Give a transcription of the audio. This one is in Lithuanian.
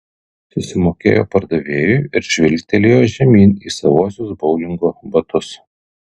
susimokėjo pardavėjui ir žvilgtelėjo žemyn į savuosius boulingo batus